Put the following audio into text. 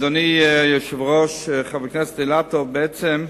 אדוני היושב-ראש, חבר הכנסת אילטוב, בעצם,